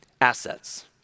assets